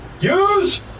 Use